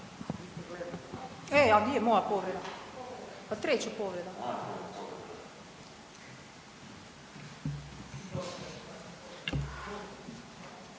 Hvala.